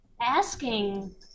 asking